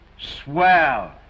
Swell